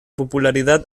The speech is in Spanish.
popularidad